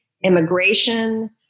immigration